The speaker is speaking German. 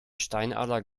steinadler